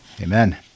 Amen